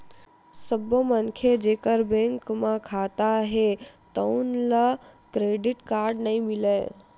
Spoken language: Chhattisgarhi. सब्बो मनखे जेखर बेंक म खाता हे तउन ल क्रेडिट कारड नइ मिलय